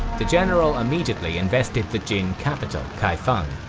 the general immediately invested the jin capital, kaifeng.